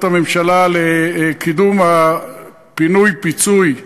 הממשלה לקידום הפינוי-פיצוי בכפר-שלם,